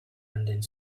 ending